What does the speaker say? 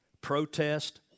protest